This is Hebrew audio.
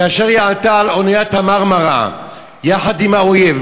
כאשר היא עלתה על אוניית ה"מרמרה" יחד עם האויב,